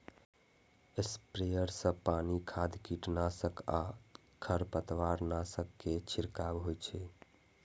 sprayer सं पानि, खाद, कीटनाशक आ खरपतवारनाशक के छिड़काव होइ छै